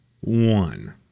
one